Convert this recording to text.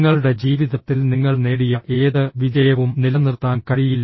നിങ്ങളുടെ ജീവിതത്തിൽ നിങ്ങൾ നേടിയ ഏത് വിജയവും നിലനിർത്താൻ കഴിയില്ല